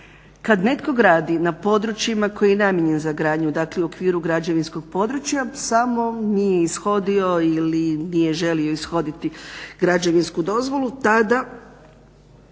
Kad netko gradi na područjima koje je namijenjeno za gradnju, dakle u okviru građevinskog područja, samo nije ishodio ili nije želio ishoditi građevinsku dozvolu tada